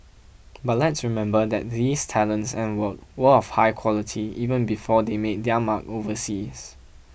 but let's remember that these talents and work were of high quality even before they made their mark overseas